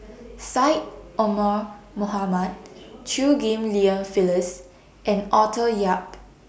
Syed Omar Mohamed Chew Ghim Lian Phyllis and Arthur Yap